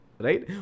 Right